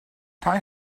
tai